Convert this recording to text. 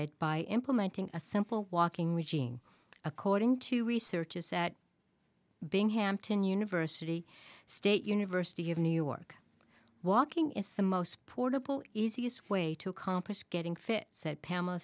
it by implementing a simple walking the gene according to research is that being hampton university state university of new york walking is the most portable easiest way to accomplish getting fit said pamela